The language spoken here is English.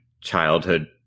childhood